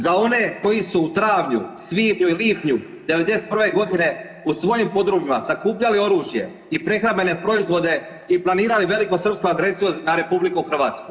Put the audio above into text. Za one koji su u travnju, svibnju i lipnju '91. g. u svojim podrumima sakupljali oružje i prehrambene proizvode i planirali velikosrpsku agresiju na RH.